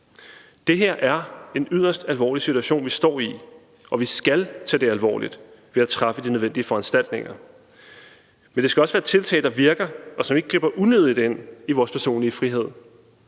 Det her er en yderst alvorlig situation, vi står i, og vi skal tage det alvorligt ved at træffe de nødvendige foranstaltninger. Men det skal også være tiltag, der virker, og som ikke griber unødigt ind i vores personlige frihed.